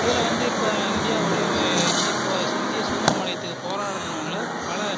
இதில் வந்து இப்போ இந்தியா வடிவமை இந்திய இப்போ இந்திய சுதந்திரம் அடையுறத்துக்கு போராடுனவங்களை பல